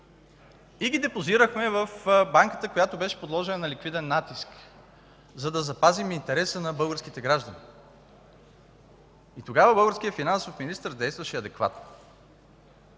и ги депозирахме в банката, подложена на ликвиден натиск, за да запазим интереса на българските граждани. Тогава българският финансов министър действаше адекватно.